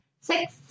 Six